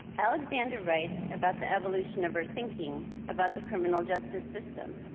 alexander writes about the evolution of our thinking about the criminal justice system.